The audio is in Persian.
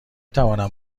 توانم